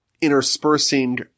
interspersing